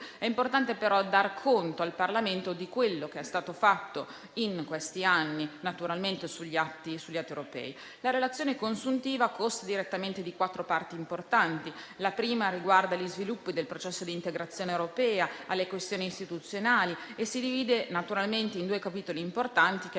È importante, però, dar conto al Parlamento di quello che è stato fatto in questi anni sugli atti europei. La relazione consuntiva consta di quattro parti importanti: la prima riguarda gli sviluppi del processo di integrazione europea e le questioni istituzionali e si divide in due capitoli importanti che riguardano